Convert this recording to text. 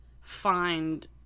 find